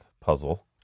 puzzle